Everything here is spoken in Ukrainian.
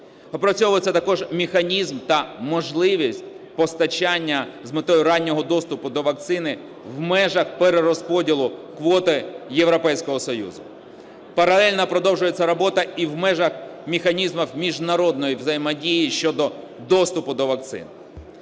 Опрацьовується також механізм та можливість постачання з метою раннього доступу до вакцини в межах перерозподілу квоти Європейського Союзу. Паралельно продовжується робота і в межах механізмів міжнародної взаємодії щодо доступу до вакцин.